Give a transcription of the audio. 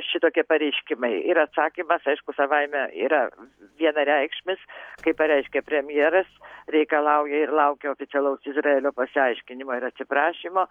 šitokie pareiškimai ir atsakymas aišku savaime yra vienareikšmis kaip pareiškė premjeras reikalauja ir laukia oficialaus izraelio pasiaiškinimo ir atsiprašymo